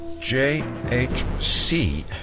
J-H-C